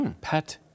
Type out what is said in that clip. Pat